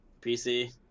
PC